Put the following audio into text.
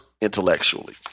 intellectually